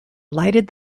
lighted